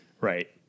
Right